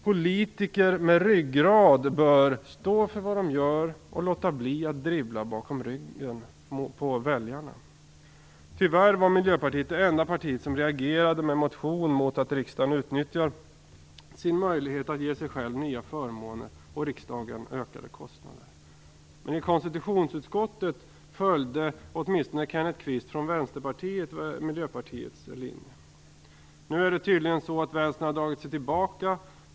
Politiker med ryggrad bör stå för det de gör och låta bli att dribbla bakom ryggen på väljarna. Tyvärr var Miljöpartiet det enda parti som reagerade med en motion mot att riksdagen utnyttjar sin möjlighet att ge sig själv nya förmåner och riksdagen ökade kostnader. I konstitutionsutskottet följde åtminstone Kenneth Kvist från Vänsterpartiet Miljöpartiets linje. Nu har tydligen Vänstern dragit sig tillbaka.